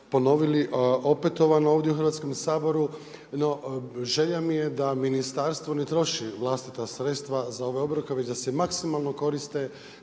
ponovili opetovano ovdje u Hrvatskom saboru. No, želja mi je da ministarstvo ne troši vlastita sredstva za ove obroke već da se maksimalno koriste